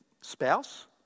spouse